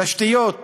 תשתיות,